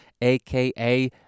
AKA